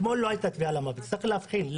אתמול לא הייתה טביעה למוות וצריך להבחין.